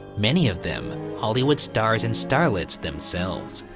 many of them hollywood stars and starlets themselves,